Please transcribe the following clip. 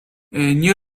nie